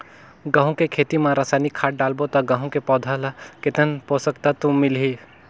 गंहू के खेती मां रसायनिक खाद डालबो ता गंहू के पौधा ला कितन पोषक तत्व मिलही?